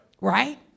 right